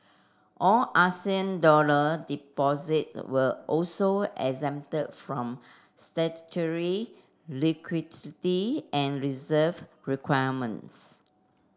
all dollar deposited were also exempted from statutory liquidity and reserve requirements